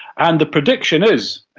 and the prediction is,